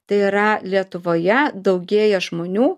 tai yra lietuvoje daugėja žmonių